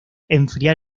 enfriar